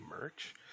merch